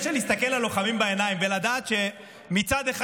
אי-אפשר להסתכל ללוחמים בעיניים ולדעת שמצד אחד,